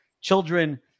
children